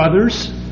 others